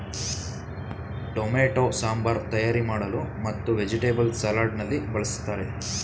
tomato sambar ತಯಾರಿ ಮಾಡಲು ಮತ್ತು ವೆಜಿಟೇಬಲ್ಸ್ ಸಲಾಡ್ ನಲ್ಲಿ ಬಳ್ಸತ್ತರೆ